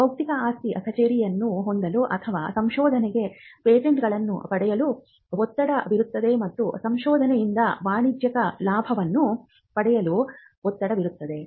ಬೌದ್ಧಿಕ ಆಸ್ತಿ ಕಚೇರಿಯನ್ನು ಹೊಂದಲು ಅಥವಾ ಸಂಶೋಧನೆಗೆ ಪೇಟೆಂಟನ್ನು ಪಡೆಯಲು ಒತ್ತಡವಿರುತ್ತದೆ ಮತ್ತು ಸಂಶೋಧನೆಯಿಂದ ವಾಣಿಜ್ಜಿಕ ಲಾಭವನ್ನು ಪಡೆಯಲು ಒತ್ತಡವಿರುತ್ತದೆ